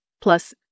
Plus